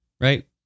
right